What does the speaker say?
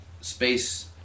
space